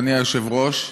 אדוני היושב-ראש,